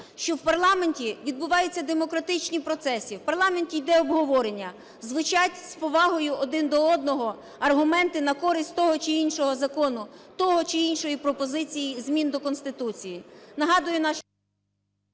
що в парламенті відбуваються демократичні процеси: в парламенті йде обговорення, звучать з повагою один до одного аргументи на користь того чи іншого закону, тої чи іншої пропозиції і змін до Конституції.